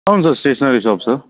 అవును sir stationery shop sir